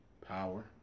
power